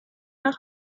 nach